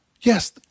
Yes